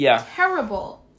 terrible